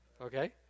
Okay